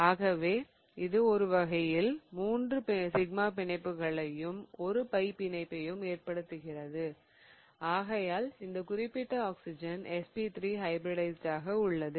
ஆகவே இது ஒருவகையில் 3 சிக்மா பிணைப்புகளையும் ஒரு பை பிணைப்பையும் ஏற்படுத்துகிறது ஆகையால் இந்த குறிப்பிட்ட ஆக்சிஜன் sp3 ஹைபிரிடைஸிடாக உள்ளது